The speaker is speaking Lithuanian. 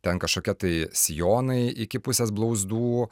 ten kažkokie tai sijonai iki pusės blauzdų